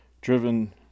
driven